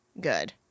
good